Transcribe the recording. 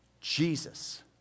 Jesus